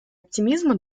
оптимизма